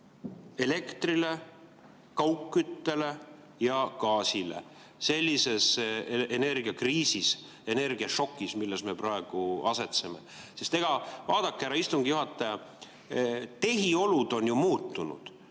elektrile, kaugküttele ja gaasile sellises energiakriisis, energiašokis, milles me praegu asetseme? Sest vaadake, härra istungi juhataja, tehiolud on ju muutunud.